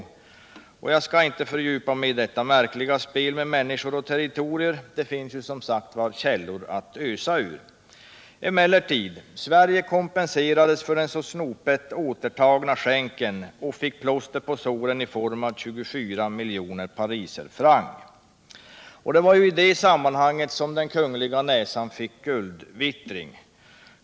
Jag skall inte fördjupa mig i detta märkliga spel med människor och territorier. Det finns som sagt källor att ösa ur. Sverige kompenserades emellertid för den så snopet återtagna skänken och fick plåster på såren i form av 24 miljoner pariserfranc. Det var i det sammanhanget som den kungliga näsan fick guldvittring.